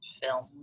film